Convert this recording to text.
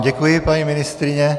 Děkuji vám, paní ministryně.